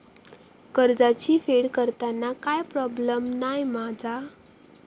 कर्जाची फेड करताना काय प्रोब्लेम नाय मा जा?